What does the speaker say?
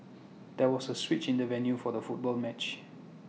there was A switch in the venue for the football match